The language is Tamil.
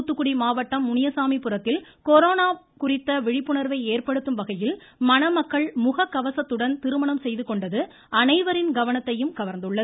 தூத்துக்குடி மாவட்டம் முனியசாமிபுரத்தில் கொரோனா குறித்த விழிப்புண்வை ஏற்படுத்தும் வகையில் மணமக்கள் முகக்கவசத்துடன் திருமணம் செய்து கொண்டது அனைவரின் கவனத்தையும் கவர்ந்துள்ளது